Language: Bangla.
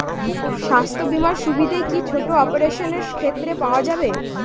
স্বাস্থ্য বীমার সুবিধে কি ছোট অপারেশনের ক্ষেত্রে পাওয়া যাবে?